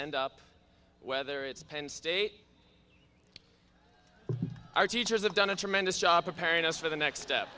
end up whether it's penn state our teachers have done a tremendous job preparing us for the next step